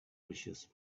precious